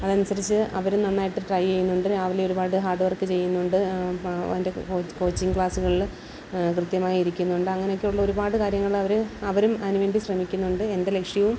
അതനുസരിച്ച് അവര് നന്നായിട്ട് ട്രൈ ചെയ്യുന്നുണ്ട് രാവിലെ ഒരുപാട് ഹാഡ് വർക് ചെയ്യുന്നുണ്ട് അതിന്റെ കോച്ചിങ് ക്ലാസുകളില് കൃത്യമായി ഇരിക്കുന്നുണ്ട് അങ്ങനൊക്കെയുള്ള ഒരുപാട് കാര്യങ്ങള് അവര് അവരും അതിനുവേണ്ടി ശ്രമിക്കുന്നുണ്ട് എന്റെ ലക്ഷ്യവും